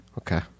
Okay